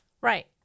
Right